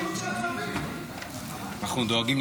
תודה רבה,